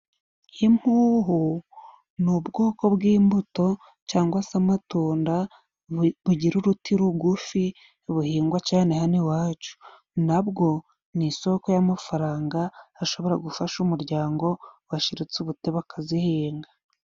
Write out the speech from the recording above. Impuhu ni ubwoko bw'imbuto cangwa se amatunda bugira uruti rugufi buhingwa cane hano iwacu, nabwo ni isoko y'amafaranga ashobora gufasha umuryango washiritse ubute bakazihinga.